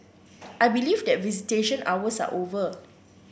I believe that visitation hours are over